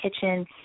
kitchen